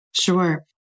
Sure